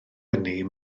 hynny